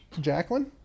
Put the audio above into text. jacqueline